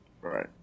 Right